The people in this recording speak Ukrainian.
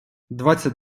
двадцять